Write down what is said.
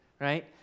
right